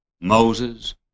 Moses